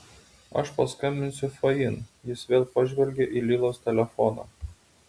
aš paskambinsiu fain jis vėl pažvelgė į lilos telefoną